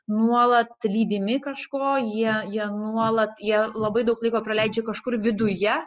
nuolat lydimi kažko jie ją nuolat ją labai daug laiko praleidžia kažkur viduje